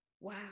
wow